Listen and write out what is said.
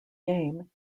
game